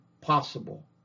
possible